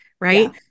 right